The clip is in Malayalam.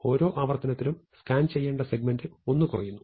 ഓരോ ആവർത്തനത്തിലും സ്കാൻ ചെയ്യേണ്ട സെഗ്മെന്റ് ഒന്ന് കുറയുന്നു